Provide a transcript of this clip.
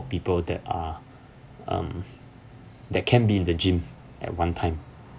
people that are um that can be in the gym at one time